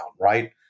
right